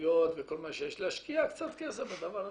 החנויות וכל מה שיש, להשקיע קצת כסף בדבר הזה.